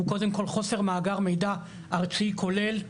הוא קודם כל חוסר מאגר מידע ארצי כולל,